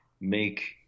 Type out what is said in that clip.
make